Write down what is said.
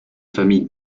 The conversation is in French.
familles